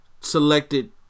selected